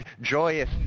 joyous